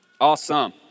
awesome